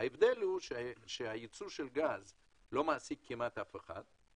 ההבדל הוא שהייצוא של גז לא מעסיק כמעט אף אחד,